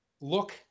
look